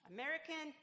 American